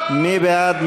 מי בעד?